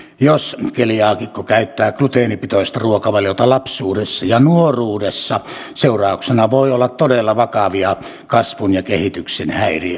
jos keliaakikko käyttää gluteenipitoista ruokavaliota lapsuudessa ja nuoruudessa seurauksena voi olla todella vakavia kasvun ja kehityksen häiriöitä